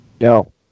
No